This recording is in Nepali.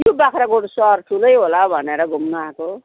यो बाग्राकोट सहर ठुलै होला भनेर घुम्न आएको